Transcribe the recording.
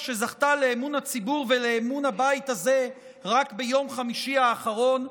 שזכתה לאמון הציבור ולאמון הבית הזה רק ביום חמישי האחרון,